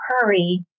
hurry